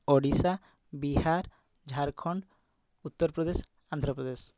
Odisha Bihar Jharkhand Uttar Pradesh Andhra Pradesh